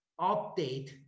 update